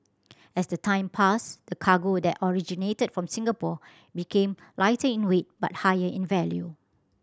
as the time passed the cargo that originated from Singapore became lighting in weight but higher in value